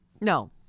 No